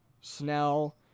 Snell